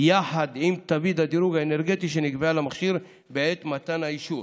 יחד עם תווית הדירוג האנרגטי שנקבעה למכשיר בעת מתן האישור